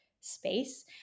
space